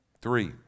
Three